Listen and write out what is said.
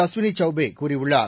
அஸ்வினி சௌபே கூறியுள்ளார்